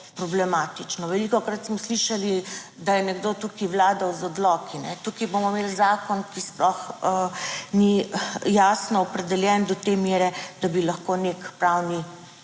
problematično. Velikokrat smo slišali, da je nekdo tukaj vladal z odloki. Tukaj bomo imeli zakon, ki sploh ni jasno opredeljen do te mere, da bi lahko nek pravni